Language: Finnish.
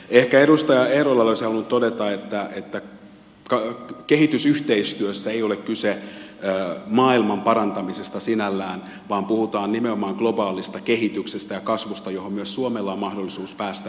edustaja eerolalle olisin halunnut todeta että kehitysyhteistyössä ei ole kyse maailmanparantamisesta sinällään vaan puhutaan nimenomaan globaalista kehityksestä ja kasvusta josta myös suomella on mahdollisuus päästä hyötymään